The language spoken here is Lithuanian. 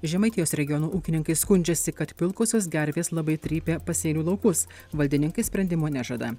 žemaitijos regiono ūkininkai skundžiasi kad pilkosios gervės labai trypė pasėlių laukus valdininkai sprendimo nežada